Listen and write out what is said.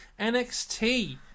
NXT